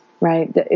right